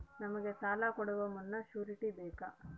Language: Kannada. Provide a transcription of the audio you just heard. ನಮಗೆ ಸಾಲ ಕೊಡುವ ಮುನ್ನ ಶ್ಯೂರುಟಿ ಬೇಕಾ?